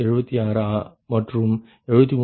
76 மற்றும் 73